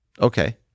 Okay